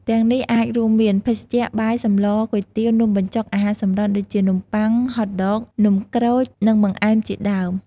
ទាំងនេះអាចរួមមាន ភេសជ្ជៈ បាយ សម្ល គុយទាវ នំបញ្ចុក អាហារសម្រន់ ដូចជា នំបុ័ង ហតដក នំក្រូច និងបង្អែមជាដើម។